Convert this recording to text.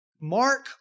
Mark